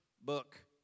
book